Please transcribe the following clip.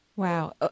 Wow